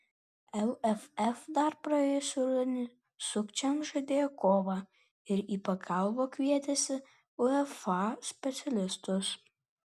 lff dar praėjusį rudenį sukčiams žadėjo kovą ir į pagalbą kvietėsi uefa specialistus